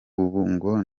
ngo